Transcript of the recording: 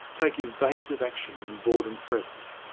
take evasive action when boredom threatens.